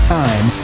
time